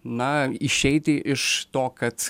na išeiti iš to kad